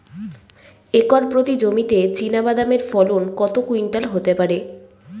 Acre প্রতি জমিতে চীনাবাদাম এর ফলন কত কুইন্টাল হতে পারে?